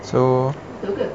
so they'll get